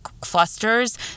clusters